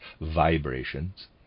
vibrations